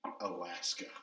Alaska